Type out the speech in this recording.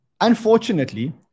unfortunately